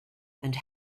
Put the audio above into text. and